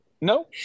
No